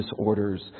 disorders